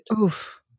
Oof